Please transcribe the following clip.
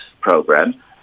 program